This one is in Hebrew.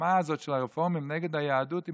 המלחמה הזאת של הרפורמים נגד היהדות היא